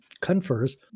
confers